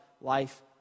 life